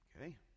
Okay